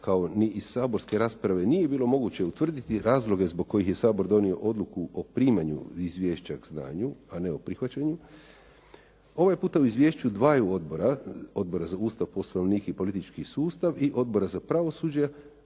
kao ni i saborske rasprave nije bilo moguće utvrditi razloge zbog kojih je Sabor donio odluku o primanju izvješća k znanju, a ne o prihvaćanju, ovaj puta u izvješću dvaju odbora, Odbora za Ustav, Poslovnik i politički sustav i Odbora za pravosuđe